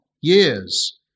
years